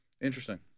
Interesting